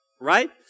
right